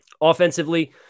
Offensively